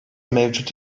mevcut